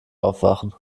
aufwachen